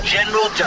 General